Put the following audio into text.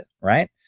right